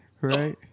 right